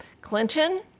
Clinton